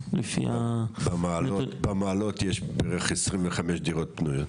במעלות יש בערך 25 דירות פנויות.